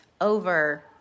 over